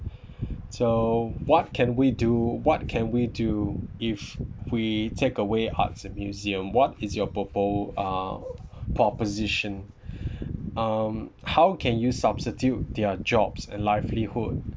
so what can we do what can we do if we take away arts and museum what is your propo~ uh proposition um how can you substitute their jobs and livelihood